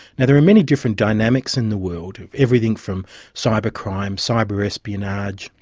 and there are many different dynamics in the world, everything from cyber crime, cyber espionage,